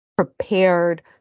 prepared